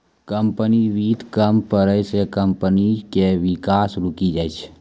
company वित्त कम पड़ै से कम्पनी के विकास रुकी जाय छै